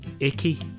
icky